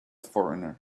foreigner